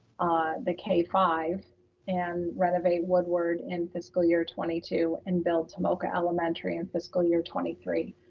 the k five and renovate woodward in fiscal year twenty two and build tomoka elementary in fiscal year twenty three,